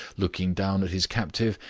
looking down at his captive,